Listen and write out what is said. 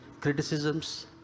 criticisms